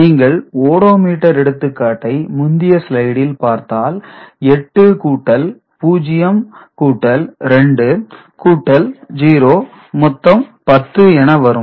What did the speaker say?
நீங்கள் ஓடோமீட்டர் எடுத்துக்காட்டை முந்திய ஸ்லைடில் பார்த்தால் 8 கூட்டல் 0 கூட்டல் 2 கூட்டல் 0 மொத்தம் 10 என வரும்